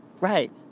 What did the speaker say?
Right